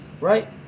Right